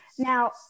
Now